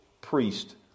priest